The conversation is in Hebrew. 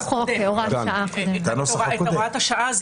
את הוראת השעה.